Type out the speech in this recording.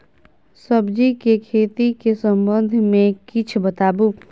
सब्जी के खेती के संबंध मे किछ बताबू?